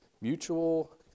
Mutual